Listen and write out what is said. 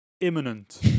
imminent